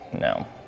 no